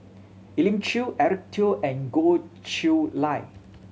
Elim Chew Eric Teo and Goh Chiew Lye